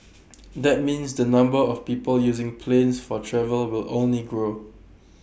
that means the number of people using planes for travel will only grow